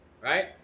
right